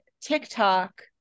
TikTok